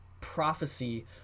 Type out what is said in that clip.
prophecy